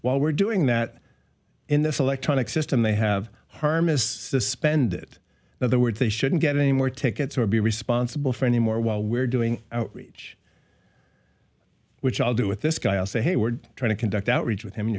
while we're doing that in this electronic system they have harm is suspended now the word they shouldn't get any more tickets or be responsible for any more while we're doing outreach which i'll do with this guy i'll say hey we're trying to conduct outreach with him